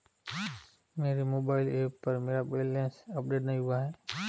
मेरे mobile app पर मेरा बैलेंस अपडेट नहीं हुआ है